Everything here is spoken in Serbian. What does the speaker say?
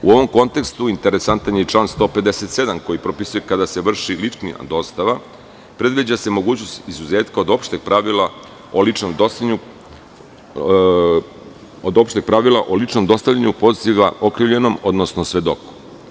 U ovom kontekstu, interesantan je član 157. koji propisuje, kada se vrši lična dostava, predviđa se mogućnost izuzetka od opšteg pravila o ličnom dostavljanju poziva okrivljenom, odnosno svedoku.